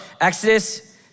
Exodus